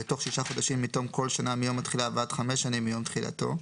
תוך שישה חודשים מתום כל שנה מיום התחילה ועד חמש שנים מיום תחילתו,